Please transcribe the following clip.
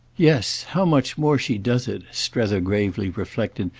yes how much more she does it, strether gravely reflected,